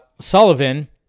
Sullivan